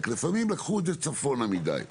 רק לפעמים לקחו את זה צפונה מידי,